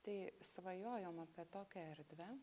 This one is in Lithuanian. tai svajojom apie tokią erdvę